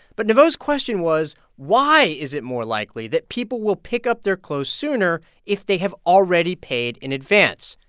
but novo's those question was why is it more likely that people will pick up their clothes sooner if they have already paid in advance?